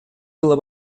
было